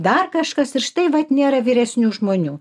dar kažkas ir štai vat nėra vyresnių žmonių